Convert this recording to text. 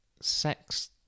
sex